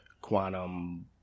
Quantum